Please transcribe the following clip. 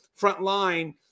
frontline